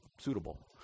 suitable